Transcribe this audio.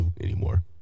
anymore